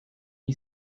you